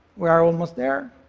we are almost there.